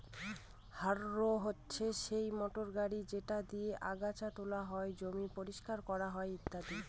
harrow হচ্ছে সেই motor গাড়ি যেটা দিয়ে আগাচ্ছা তোলা হয়, জমি পরিষ্কার করা হয় ইত্যাদি